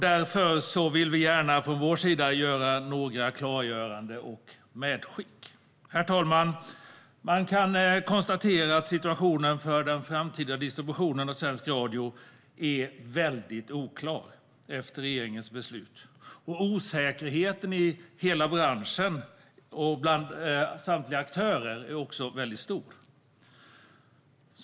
Därför vill vi gärna från vår sida göra några klargöranden och medskick. Herr talman! Man kan konstatera att situationen för den framtida distributionen av svensk radio är väldigt oklar efter regeringens beslut, och osäkerheten i hela branschen och bland samtliga aktörer är väldigt stor.